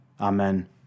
Amen